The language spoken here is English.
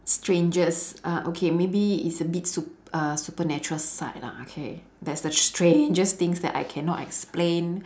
strangest uh okay maybe it's a bit sup~ uh supernatural side lah okay that's the strangest things that I cannot explain